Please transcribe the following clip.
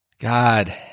God